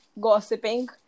gossiping